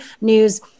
news